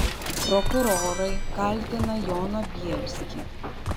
prokurorai kaltina joną bielskį